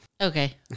Okay